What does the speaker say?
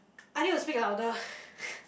I need to speak louder